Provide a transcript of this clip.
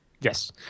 Yes